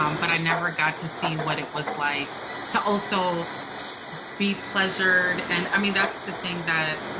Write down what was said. um but i never got to see what it was like to also be pleasured. and i mean, that's the thing that